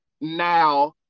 now